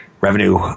Revenue